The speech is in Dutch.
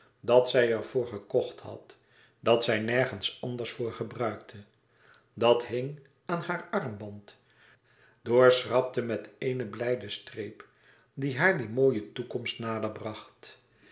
dat zij er voor gekocht had dat zij nergens anders voor gebruikte dat hing aan haar armband doorschrapte met eene blijde streep die haar die mooie toekomst nader bracht